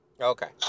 Okay